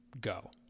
go